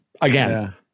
again